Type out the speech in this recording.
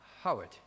howard